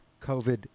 COVID